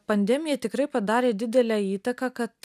pandemija tikrai padarė didelę įtaką kad